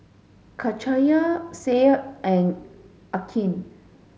Cahaya Syed and Aqil